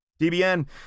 DBN